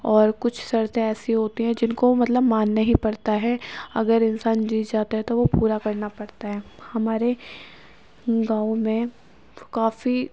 اور کچھ شرطیں ایسی ہوتی ہیں جن کو مطلب ماننا ہی پڑتا ہے اگر انسان جیت جاتا ہے تو وہ پورا کرنا پڑتا ہے ہمارے گاؤں میں کافی